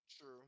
True